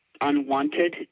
unwanted